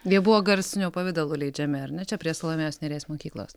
jie buvo garsiniu pavidalu leidžiami ar ne čia prie salomėjos nėries mokyklos